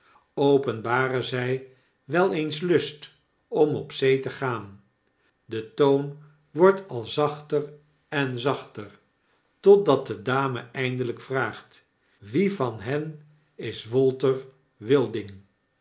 openbaren zy wel eens lust om op zee te gaan de toon wordt al zachter en zachter totdat de dame eindelyk vraagt wie van hen is walter